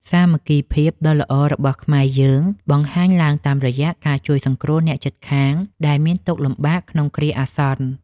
សាមគ្គីភាពដ៏ល្អរបស់ខ្មែរយើងបង្ហាញឡើងតាមរយៈការជួយសង្គ្រោះអ្នកជិតខាងដែលមានទុក្ខលំបាកក្នុងគ្រាអាសន្ន។